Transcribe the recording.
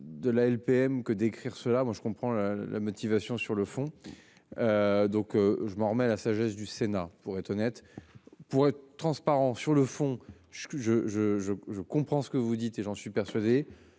de la LPM que d'écrire cela, moi je comprends la motivation sur le fond. Donc je m'en remets à la sagesse du Sénat pour être honnête. Pour être transparent sur le fond je que je je je je comprends ce que vous dites et j'en suis persuadé